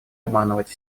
обманывать